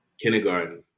kindergarten